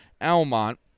Almont